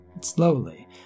Slowly